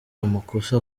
amakosa